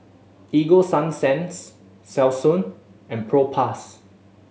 Ego Sunsense Selsun and Propass